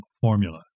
formula